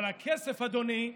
אבל הכסף, אדוני,